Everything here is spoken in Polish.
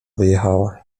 wyjechała